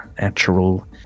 Natural